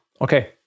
okay